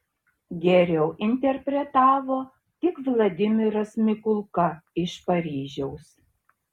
geriau interpretavo tik vladimiras mikulka iš paryžiaus